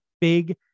big